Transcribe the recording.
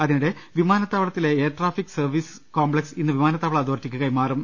അതിനിടെ വിമാനത്താവളത്തിലെ air traffic services complex ഇന്ന് വിമാനത്താവള അതോറിറ്റിക്ക് കൈ മാറും